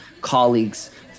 Colleagues